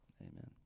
amen